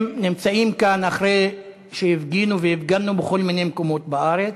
הם נמצאים כאן אחרי שהפגינו והפגנו בכל מיני מקומות בארץ.